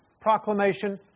proclamation